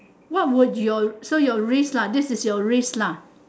what would your so your risk lah this is your risk lah